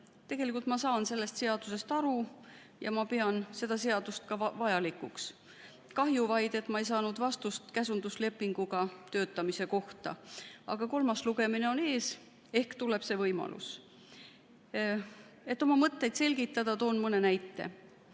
öelda, et sellest seadusest saan ma aru ja pean seda seadust vajalikuks. Kahju vaid, et ma ei saanud vastust käsunduslepinguga töötamise kohta, aga kolmas lugemine on ees, ehk tuleb see võimalus. Et oma mõtteid selgitada, toon mõne näite.